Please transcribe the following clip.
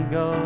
go